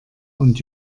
und